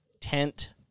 tent